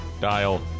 dial